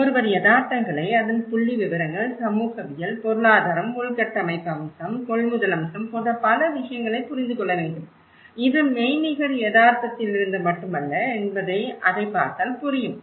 ஒருவர் யதார்த்தங்களை அதன் புள்ளிவிவரங்கள் சமூகவியல் பொருளாதாரம் உள்கட்டமைப்பு அம்சம் கொள்முதல் அம்சம் போன்ற பல விஷயங்களை புரிந்து கொள்ள வேண்டும் இது மெய்நிகர் யதார்த்தத்திலிருந்து மட்டுமல்ல என்பது அதை பார்த்தால் புரியும்